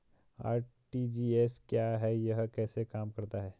RTGS क्या है यह कैसे काम करता है?